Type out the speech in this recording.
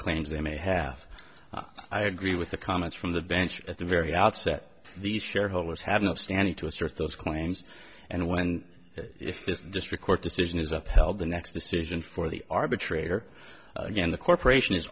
claims they may have i agree with the comments from the bench at the very outset these shareholders have no standing to assert those claims and when if this district court decision is upheld the next decision for the arbitrator again the corporation is